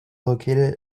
located